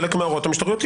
חלק מההוראות המשטריות,